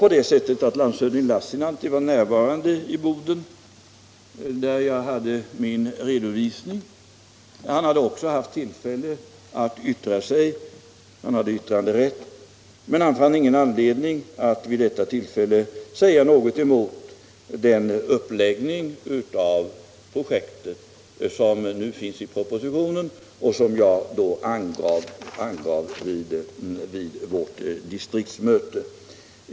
Landshövding Lassinantti var närvarande i Boden när jag hade min redovisning. Han hade yttranderätt, men han fann vid det tillfället ingen anledning att säga någonting emot den uppläggning av projektet som nu föreslås i propositionen och som jag då angav vid vårt distriktsmöte.